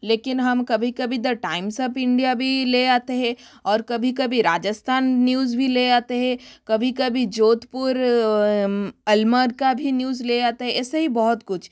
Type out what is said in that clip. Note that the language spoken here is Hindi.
लेकिन हम कभी कभी द टाइम्स अफ इंडिया भी ले आते है और कभी कभी राजस्थान न्यूज भी ले आते है कभी कभी जोधपुर अलमर का भी न्यूज़ ले आते है ऐसे ही बहुत कुछ